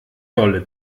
dolle